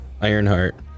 ironheart